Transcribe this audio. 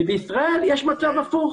בישראל יש מצב הפוך.